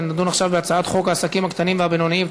ונדון עכשיו בהצעת חוק העסקים הקטנים והבינוניים,